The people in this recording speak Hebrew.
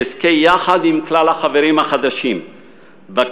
שאזכה יחד עם כלל החברים החדשים בכנסת